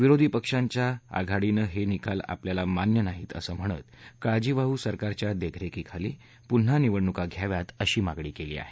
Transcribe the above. विरोधी पक्षांच्या आघाडीनं हे निकाल आपल्याला मान्य नाहीत असं म्हणत काळजीवाहृ सरकारच्या देखरेखीखाली पुन्हा निवडणुका घ्याव्यात अशी मागणी केली आहे